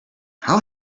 how